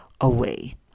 away